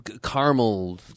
caramel